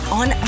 on